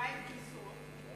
מה עם, ?